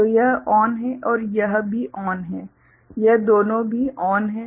तो यह ON है और यह भी ON है यह दोनों भी ON है